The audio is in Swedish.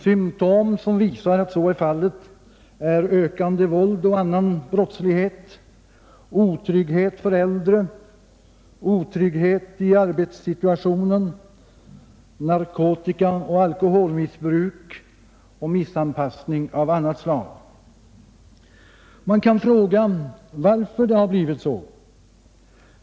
Symtom som visar att så är fallet är ökande våld och annan brottslighet, otrygghet för äldre, otrygghet i arbetssituationen, narkotikaoch alkoholmissbruk och missanpassning av annat slag. Man kan fråga varför det har blivit så.